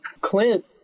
Clint